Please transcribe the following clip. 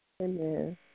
Amen